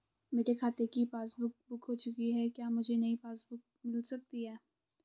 मेरे खाते की पासबुक बुक खो चुकी है क्या मुझे नयी पासबुक बुक मिल सकती है?